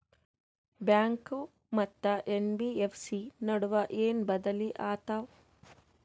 Bank ಮತ್ತ NBFC ನಡುವ ಏನ ಬದಲಿ ಆತವ?